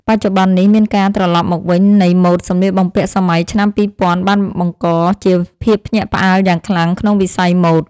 បច្ចុប្បន្ននេះមានការត្រឡប់មកវិញនៃម៉ូដសម្លៀកបំពាក់សម័យឆ្នាំពីរពាន់បានបង្កជាភាពភ្ញាក់ផ្អើលយ៉ាងខ្លាំងក្នុងវិស័យម៉ូដ។